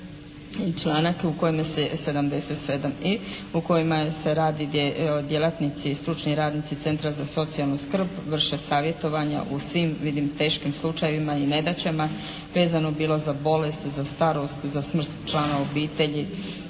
i članak 77i. u kojem se radi gdje djelatnici i stručni radnici centra za socijalnu skrb vrše savjetovanja u svim vidim teškim slučajevima i nedaćama vezano bilo za bolest, za starost, za smrt člana obitelji,